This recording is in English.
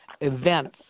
events